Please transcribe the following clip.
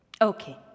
Okay